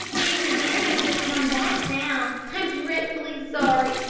mrs. meredith has come back now. i'm dreadfully sorry,